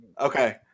Okay